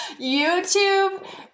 YouTube